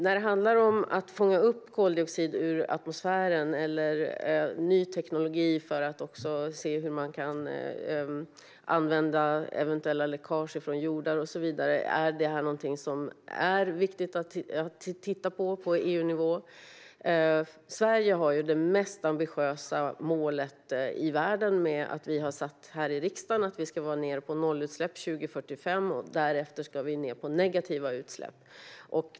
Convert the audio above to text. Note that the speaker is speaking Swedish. När det handlar om att fånga upp koldioxid ur atmosfären eller om ny teknik för att kunna använda eventuella läckage från jordar och så vidare är det någonting som är viktigt att se över på EU-nivå. Sverige har det mest ambitiösa målet i världen i och med att vi här i riksdagen har sagt att vi ska vara nere på nollutsläpp 2045 och att vi därefter ska ned på negativa utsläpp.